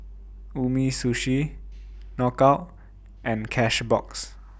Umisushi Knockout and Cashbox